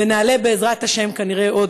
ונעלה בעזרת השם כנראה עוד,